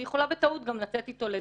היא יכולה בטעות לצאת איתו לדייט,